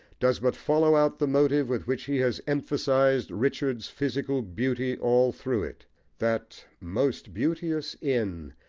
does but follow out the motive with which he has emphasised richard's physical beauty all through it that most beauteous inn,